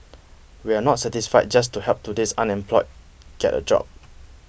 we are not satisfied just to help today's unemployed get a job